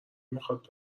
میخواد